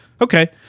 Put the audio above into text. Okay